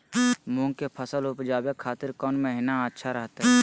मूंग के फसल उवजावे खातिर कौन महीना अच्छा रहतय?